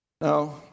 Now